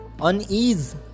unease